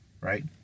right